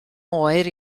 oer